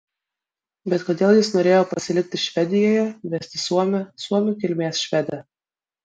bet kodėl jis norėjo pasilikti švedijoje vesti suomę suomių kilmės švedę